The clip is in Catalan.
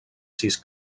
sis